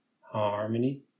harmony